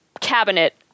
cabinet